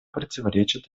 противоречат